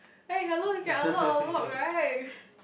hey hello you can unlock a lock right